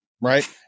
right